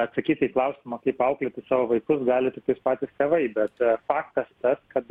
atsakyti į klausimą kaip auklėti savo vaikus gali tiktais patys tėvai bet faktas tas kad